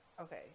Okay